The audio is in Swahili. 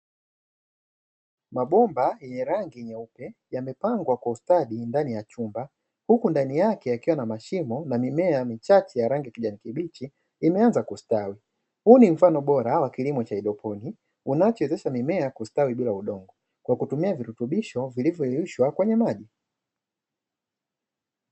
Mabomba yenye rangi nyeupe yamepangwa kwa ustadi ndani ya chumba huku ndani yake akiwa na mashimo, na mimea michache ya rangi kijani hiki imeanza kustawi huu ni mfano bora au kilimo unachezesha mimea kustawi bila udongo, kwa kutumia virutubisho vilivyoyeyushwa kwenye maji.